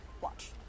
Watch